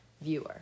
viewer